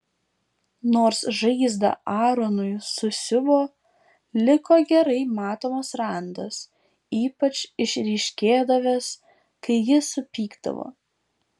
nors žaizdą aronui susiuvo liko gerai matomas randas ypač išryškėdavęs kai jis supykdavo